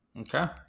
Okay